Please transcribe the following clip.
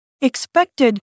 Expected